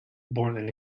born